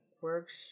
works